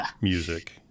music